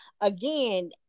again